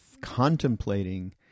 contemplating